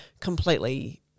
completely